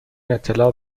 اطلاع